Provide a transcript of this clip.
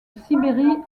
sibérie